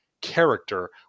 character